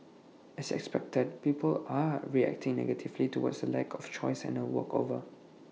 as expected people are reacting negatively towards the lack of choice and A walkover